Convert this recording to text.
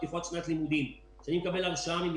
קודם כול, אני אתייחס למכתב.